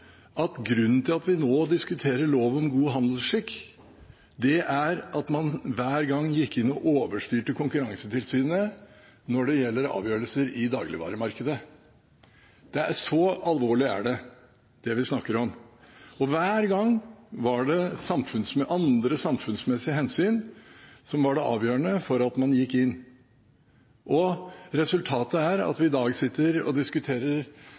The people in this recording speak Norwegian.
at grunnen til at vi nå diskuterer lov om god handelsskikk, er at man hver gang gikk inn og overstyrte Konkurransetilsynet når det gjaldt avgjørelser i dagligvaremarkedet. Så alvorlig er det vi snakker om. Hver gang var det andre samfunnsmessige hensyn som var det avgjørende for at man gikk inn. Resultatet er at vi i dag sitter og diskuterer